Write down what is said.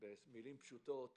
במילים פשוטות